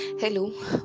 Hello